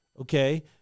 Okay